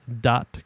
dot